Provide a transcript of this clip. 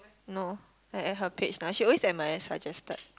no I at her page ah she always at my suggested